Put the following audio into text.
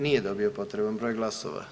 Nije dobio potreban broj glasova.